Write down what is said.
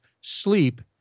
sleep